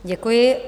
Děkuji.